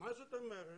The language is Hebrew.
מה זאת אומרת?